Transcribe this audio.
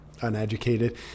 uneducated